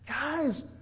guys